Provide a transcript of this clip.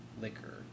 liquor